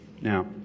Now